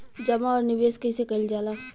जमा और निवेश कइसे कइल जाला?